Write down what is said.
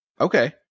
Okay